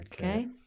Okay